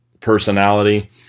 personality